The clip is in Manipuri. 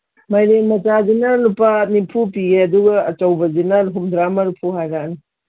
ꯃꯥꯏꯔꯦꯟ ꯃꯆꯥꯁꯤꯅ ꯂꯨꯄꯥ ꯅꯤꯐꯨ ꯄꯤꯌꯦ ꯑꯗꯨꯒ ꯑꯆꯧꯕꯁꯤꯅ ꯍꯨꯝꯗ꯭ꯔꯥ ꯃꯔꯤꯐꯨ ꯍꯥꯏꯔꯛꯑꯅꯤ